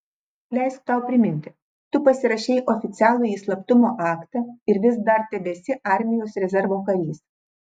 leisk tau priminti tu pasirašei oficialųjį slaptumo aktą ir vis dar tebesi armijos rezervo narys